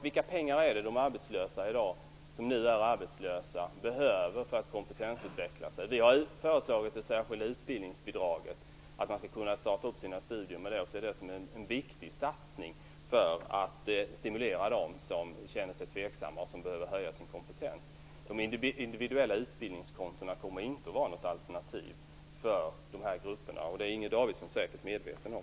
Vilka pengar är det de som nu är arbetslösa behöver för att kompetensutvecklas. Vi har föreslagit det särskilda utbildningsbidraget, som man skall kunna starta upp sina studier med. Vi ser det som en viktig satsning för att stimulera dem som känner sig tveksamma och som behöver höja sin kompetens. De individuella utbildningskontona kommer inte att vara något alternativ för dessa grupper, och det är Inger Davidson säkert medveten om.